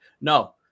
No